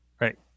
right